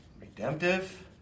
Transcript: redemptive